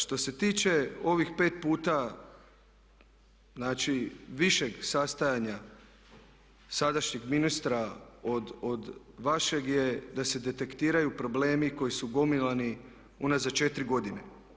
Što se tiče ovih 5 puta znači višeg sastajanja sadašnjeg ministra od vašeg je da se detektiraju problemi koji su gomilani unazad 4 godine.